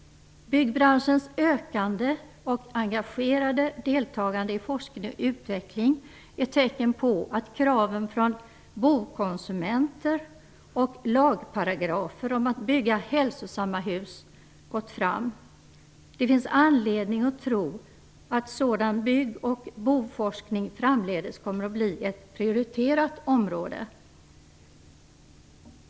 Byggbranschens ökande och engagerade deltagande i forskning och utveckling är tecken på att kraven från bokonsumenter och lagparagrafer om att bygga hälsosamma hus har gått fram. Det finns anledning att tro att sådan bygg och boforskning framdeles kommer att bli ett prioriterat område.